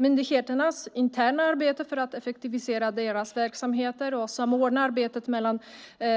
Myndigheternas interna arbete för att effektivisera sin verksamhet, samordna arbetet med